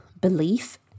belief